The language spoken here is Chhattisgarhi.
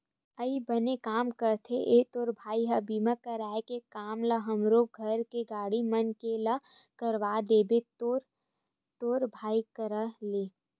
अई बने काम करथे या तोर भाई ह बीमा करे के काम ल हमरो घर के गाड़ी मन के ला करवा देबे तो तोर भाई करा ले